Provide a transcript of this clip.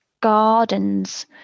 gardens